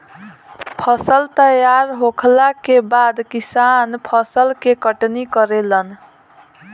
फसल तैयार होखला के बाद किसान फसल के कटनी करेलन